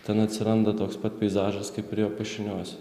ten atsiranda toks pat peizažas kaip ir jo piešiniuose